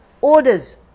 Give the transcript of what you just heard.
orders